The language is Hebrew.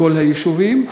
בכל היישובים?